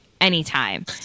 anytime